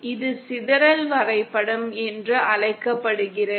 இது சிதறல் வரைபடம் என்று அழைக்கப்படுகிறது